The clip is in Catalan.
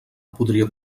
podria